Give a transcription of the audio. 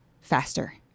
faster